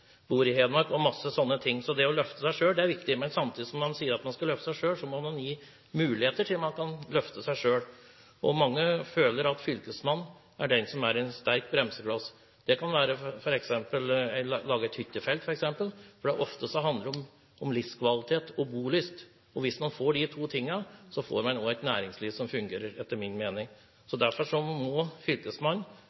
i Hedmark – og masse sånt. Så det å løfte seg selv er viktig. Men samtidig som man sier at man skal løfte seg selv, må man gi en mulighet til å kunne løfte seg selv. Mange føler at fylkesmannen er en sterk bremsekloss. Det kan gjelde det å lage et hyttefelt, f.eks. Ofte handler det om livskvalitet og bolyst, og hvis man får de to tingene, får man etter min mening også et næringsliv som fungerer.